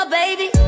baby